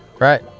Right